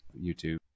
YouTube